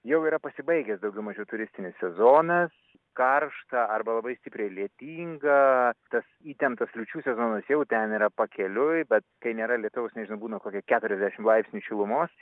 jau yra pasibaigęs daugiau mažiau turistinis sezonas karšta arba labai stipriai lietinga tas įtemptas liūčių sezonas jau ten yra pakeliui bet kai nėra lietaus nežinau būna kokie keturiasdešim laipsnių šilumos